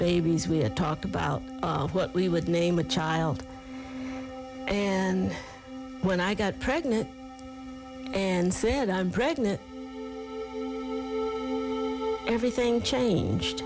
babies we had talked about what we would name a child and when i got pregnant and said i'm pregnant everything